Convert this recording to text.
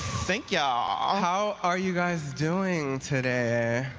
thanks. yeah ah how are you guys doing today?